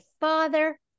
father